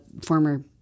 former